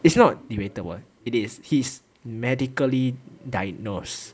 it's not debatable it is his medically diagnose